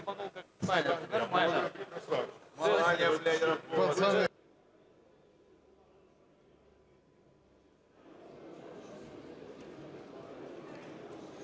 нормально.